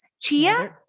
chia